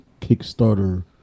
Kickstarter